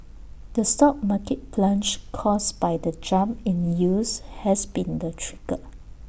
the stock market plunge caused by the jump in yields has been the trigger